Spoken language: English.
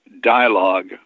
dialogue